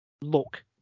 look